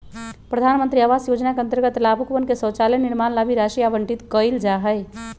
प्रधान मंत्री आवास योजना के अंतर्गत लाभुकवन के शौचालय निर्माण ला भी राशि आवंटित कइल जाहई